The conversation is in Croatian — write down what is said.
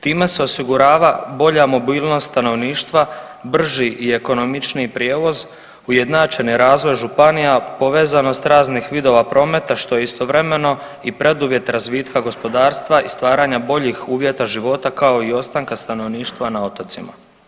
Time se osigurava bolja mobilnost stanovništva, brži i ekonomičniji prijevoz, ujednačeni razvoj županija, povezanost raznih vidova prometa što je istovremeno i preduvjet razvitka gospodarstva i stvaranja boljih uvjeta života kao i ostanka stanovništva na otocima.